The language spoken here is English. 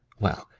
well,